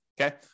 okay